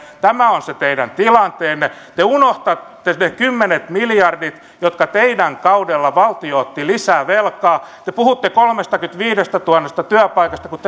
tämä on se teidän tilanteenne te unohdatte ne kymmenet miljardit jotka teidän kaudellanne valtio otti lisää velkaa te puhutte kolmestakymmenestäviidestätuhannesta työpaikasta kun